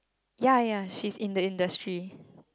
ya ya she's in the industry